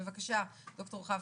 בבקשה, ד"ר חבקין.